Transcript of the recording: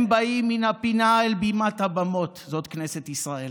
הם באים מן הפינה אל בימת הבמות, זאת כנסת ישראל.